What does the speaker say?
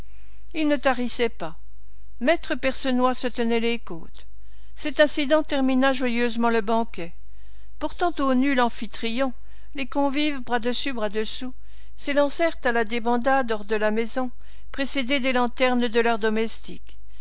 il ne tarissait pas me percenoix se tenait les côtes cet incident termina joyeusement le banquet portant aux nues l'amphitryon les convives bras dessus bras dessous s'élancèrent à la débandade hors de la maison précédés des lanternes de leurs domestiques